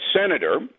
senator